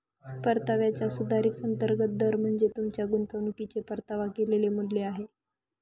परताव्याचा सुधारित अंतर्गत दर म्हणजे तुमच्या गुंतवणुकीचे परतावा केलेले मूल्य आहे